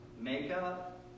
makeup